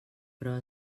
però